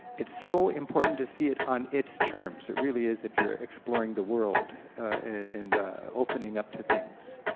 it's so important to see it on its terms, it really is, if you're exploring the world and opening up to things.